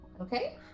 Okay